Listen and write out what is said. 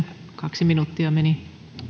kaksi minuuttia meni